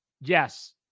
yes